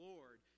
Lord